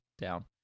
down